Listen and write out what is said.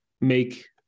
make